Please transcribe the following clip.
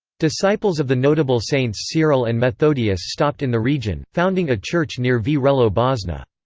disciples of the notable saints cyril and methodius stopped in the region, founding a church near vrelo bosna.